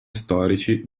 storici